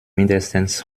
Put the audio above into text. mindestens